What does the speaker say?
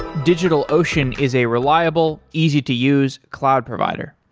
digitalocean is a reliable, easy-to-use cloud provider.